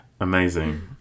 Amazing